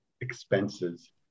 expenses